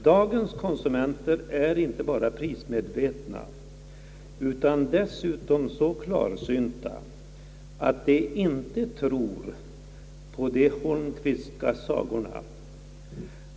Dagens konsumenter är inte bara prismedvetna utan dessutom så klarsynta att de inte tror på de Holmqvistska sagorna.